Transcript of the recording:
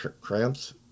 cramps